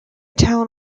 town